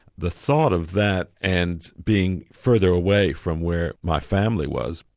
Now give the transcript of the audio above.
the thought of that and being further away from where my family was,